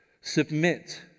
Submit